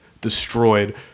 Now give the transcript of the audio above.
destroyed